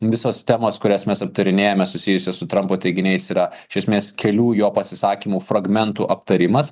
visos temos kurias mes aptarinėjame susijusias su trampu teiginiais yra iš esmės kelių jo pasisakymų fragmentų aptarimas